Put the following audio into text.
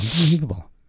unbelievable